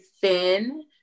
thin